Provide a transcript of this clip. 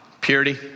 Purity